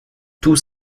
tout